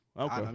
Okay